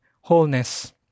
wholeness